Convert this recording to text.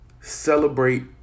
celebrate